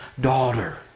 daughter